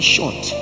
Short